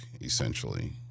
essentially